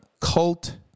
cult